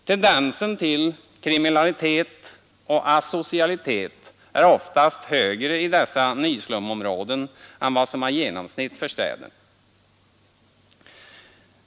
Tendensen till kriminalitet och asocialitet är oftast högre i dessa nyslumområden än vad som är genomsnitt för städerna.